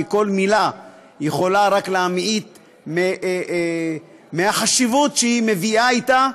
כי כל מילה יכולה רק להמעיט מהחשיבות שהיא מביאה אתה,